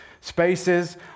spaces